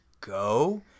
go